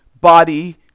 body